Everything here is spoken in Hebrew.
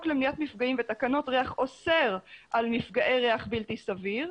למניעת מפגעים ותקנות ריח אוסר על מפגעי ריח בלתי סביר,